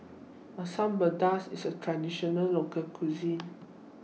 Asam Pedas IS A Traditional Local Cuisine